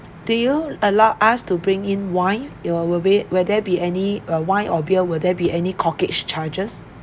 do you allow us to bring in wine it'll will we will there be any uh wine or beer will there be any corkage charges